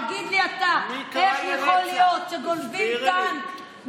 תגיד לי אתה, איך יכול להיות שגונבים טנק?